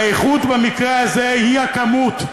האיכות במקרה הזה היא הכמות,